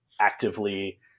actively